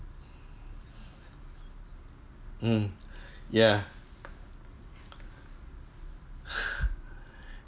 mm ya